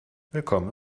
willkommen